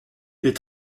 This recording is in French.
est